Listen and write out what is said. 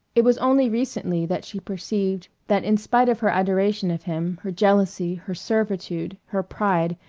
it was only recently that she perceived that in spite of her adoration of him, her jealousy, her servitude, her pride,